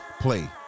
play